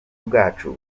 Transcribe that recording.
bwacu